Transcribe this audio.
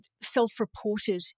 self-reported